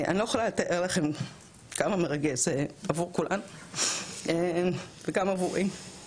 אני לא יכולה לתאר לכם כמה זה מרגש עבור כולם וגם עבורי.